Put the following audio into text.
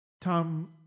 Tom